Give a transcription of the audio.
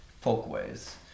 folkways